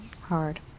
hard